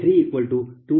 0035 MW Pg3218